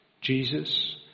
Jesus